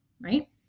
right